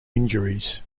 injuries